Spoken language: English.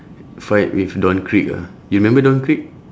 fight with don krieg ah you remember don krieg